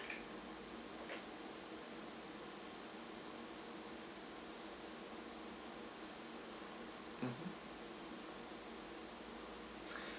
mmhmm